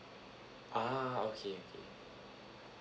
ah okay okay